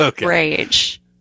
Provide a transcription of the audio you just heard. Rage